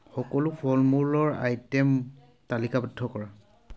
সকলো ফল মূলৰ আইটেম তালিকাবদ্ধ কৰা